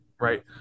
right